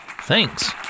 Thanks